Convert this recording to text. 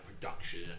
production